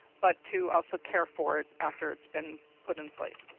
but to also care for it after it's been put in place.